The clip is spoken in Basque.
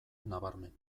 nabarmen